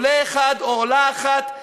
עולה אחד או עולה אחת,